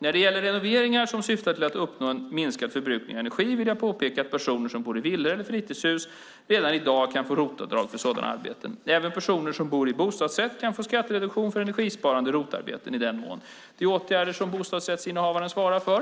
När det gäller renoveringar som syftar till att uppnå en minskad förbrukning av energi vill jag påpeka att personer som bor i villor eller har fritidshus redan i dag kan få ROT-avdrag för sådana arbeten. Även personer som bor i bostadsrätt kan få skattereduktion för energibesparande ROT-arbeten i den mån det är åtgärder som bostadsrättsinnehavaren svarar för.